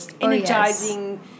energizing